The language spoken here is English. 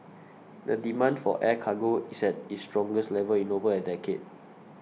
the demand for air cargo is at its strongest level in over a decade